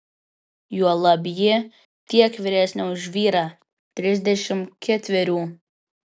juolab ji tiek vyresnė už vyrą trisdešimt ketverių